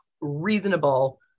reasonable